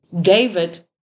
David